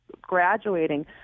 graduating